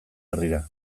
herrira